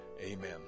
Amen